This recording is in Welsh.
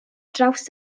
draws